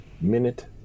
minute